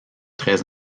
très